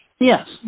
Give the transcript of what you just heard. Yes